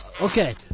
okay